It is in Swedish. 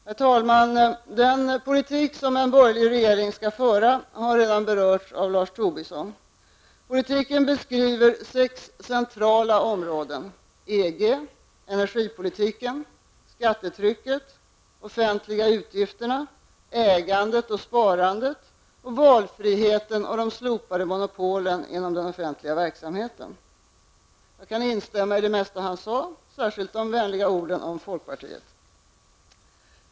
Herr talman! Den politik som en borgerlig regering skall föra har redan berörts av Lars Tobisson. Politiken beskriver sex centrala områden: EG, energipolitik, skattetryck, offentliga utgifter, ägande och sparande samt valfriheten och de slopade monopolen inom den offentliga verksamheten. Jag kan instämma i det mesta han sade, särskilt de vänliga orden om folkpartiet liberalerna!